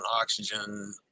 oxygen